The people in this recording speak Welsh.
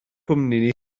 cwmni